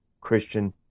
Christian